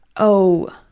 oh,